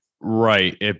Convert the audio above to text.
right